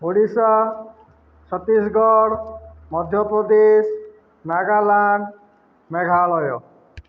Odisha Chhattisgarh Madhya Pradesh Nagaland Meghalaya